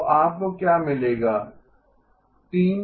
तो आपको क्या मिलेगा 3 टर्मस में